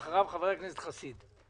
ואחריו חבר הכנסת חסיד.